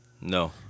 No